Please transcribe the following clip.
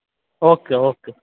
okay okay